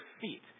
feet